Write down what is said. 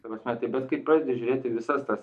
ta prasme bet kai pradedi žiūrėti į visas tas